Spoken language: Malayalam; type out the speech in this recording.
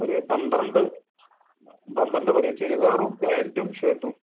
ഒരു പന്ത്രണ്ട് പന്ത്രണ്ട് മതി ചുരിദാറും പാൻറ്റും ഷർട്ടും